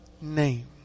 name